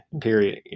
period